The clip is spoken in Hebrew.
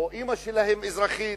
או אמא שלהם אזרחית,